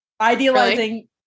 Idealizing